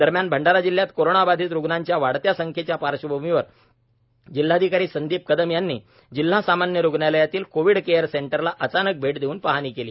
दरम्यान भंडारा जिल्हयात कोरोना बाधित रूग्णांच्या वाढत्या संख्येच्या पार्श्वभूमीवर जिल्हाधिकारी संदीप कदम यांनी जिल्हा सामान्य रूग्णालयातील कोविड केअर सेंटरला अचानक भैट देऊन पाहणी केली